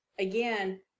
Again